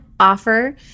offer